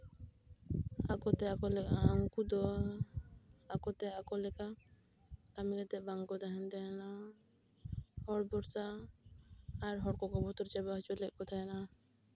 ᱟᱠᱚᱛᱮ ᱟᱠᱚ ᱞᱮᱠᱟ ᱩᱱᱠᱩ ᱫᱚ ᱟᱠᱚᱛᱮ ᱟᱠᱚ ᱞᱮᱠᱟ ᱠᱟᱹᱢᱤ ᱠᱟᱛᱮ ᱵᱟᱝᱠᱚ ᱛᱟᱦᱮᱱ ᱛᱟᱦᱮᱱᱟ ᱦᱚᱲ ᱵᱷᱚᱨᱟ ᱟᱨ ᱦᱚᱲ ᱠᱚᱠᱚ ᱵᱚᱛᱚᱨ ᱪᱟᱵᱟ ᱦᱚᱪᱚ ᱞᱮᱜ ᱠᱚ ᱛᱟᱦᱮᱱᱟ